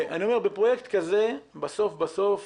אני אומר שבפרויקט כזה בסוף בסוף